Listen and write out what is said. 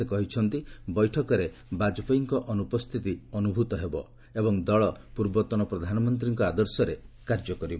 ସେ କହିଛନ୍ତି ବୈଠକରେ ବାଜପେୟୀଙ୍କ ଅନୁପସ୍ଥିତି ଅନୁଭବ ହେବ ଏବଂ ଦଳ ପୂର୍ବତନ ପ୍ରଧାନମନ୍ତ୍ରୀଙ୍କ ଆଦର୍ଶରେ କାର୍ଯ୍ୟ କରିବ